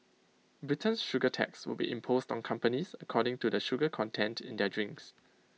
Britain's sugar tax would be imposed on companies according to the sugar content in their drinks